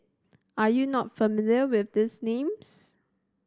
are you not familiar with these names